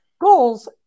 goals